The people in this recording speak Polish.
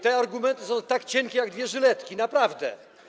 Te argumenty są tak cienkie jak dwie żyletki, naprawdę.